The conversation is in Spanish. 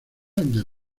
del